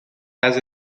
has